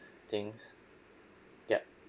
things yup